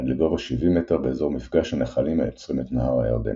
עד לגובה 70 מטר באזור מפגש הנחלים היוצרים את נהר הירדן.